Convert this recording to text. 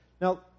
Now